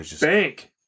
bank